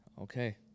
Okay